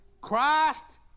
Christ